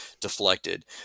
deflected